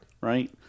right